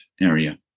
area